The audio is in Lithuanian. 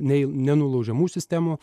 nei nenulaužiamų sistemų